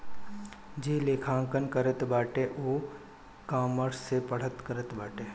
जे लेखांकन करत बाटे उ इकामर्स से पढ़ाई करत बाटे